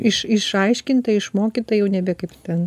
iš išaiškinta išmokyta jau nebe kaip ten